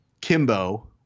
Kimbo